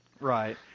Right